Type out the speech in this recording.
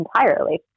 entirely